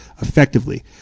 effectively